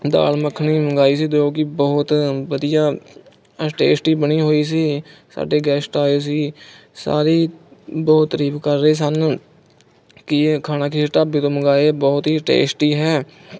ਦਾਲ ਮੱਖਣੀ ਮੰਗਵਾਈ ਸੀ ਜੋ ਕਿ ਬਹੁਤ ਵਧੀਆ ਅ ਟੇਸਟੀ ਬਣੀ ਹੋਈ ਸੀ ਸਾਡੇ ਗੈਸਟ ਆਏ ਸੀ ਸਾਰੇ ਹੀ ਬਹੁਤ ਤਰੀਫ ਕਰ ਰਹੇ ਸਨ ਕਿ ਇਹ ਖਾਣਾ ਕਿਸ ਢਾਬੇ ਤੋਂ ਮੰਗਾਏ ਬਹੁਤ ਹੀ ਟੇਸਟੀ ਹੈ